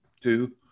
two